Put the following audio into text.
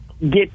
get